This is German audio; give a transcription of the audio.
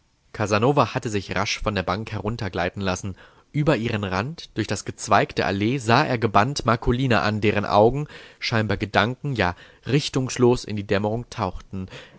casanova hatte sich rasch von der bank heruntergleiten lassen über ihren rand durch das gezweig der allee sah er gebannt marcolina an deren augen scheinbar gedanken ja richtungslos in die dämmerung tauchten